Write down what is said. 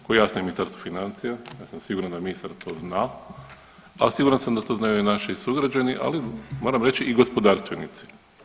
Kao jasno Ministarstvo financija, ja sam siguran da ministar to zna ali siguran sam da to znaju i naši sugrađani, ali moram reći i gospodarstvenici.